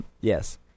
Yes